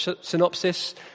synopsis